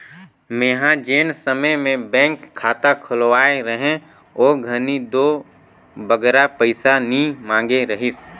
मेंहा जेन समे में बेंक खाता खोलवाए रहें ओ घनी दो बगरा पइसा नी मांगे रहिस